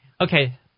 Okay